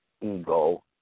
ego